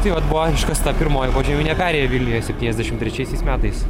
tai vat buvo iškasta pirmoji požeminė perėja vilniuje septyniasdešimt trečiaisiais metais